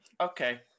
Okay